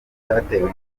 cyatewe